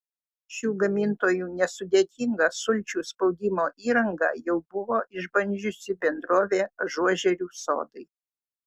šių gamintojų nesudėtingą sulčių spaudimo įrangą jau buvo išbandžiusi bendrovė ažuožerių sodai